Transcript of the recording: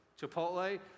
Chipotle